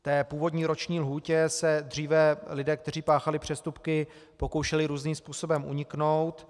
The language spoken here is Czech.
V původní roční lhůtě se dříve lidé, kteří páchali přestupky, pokoušeli různým způsobem uniknout.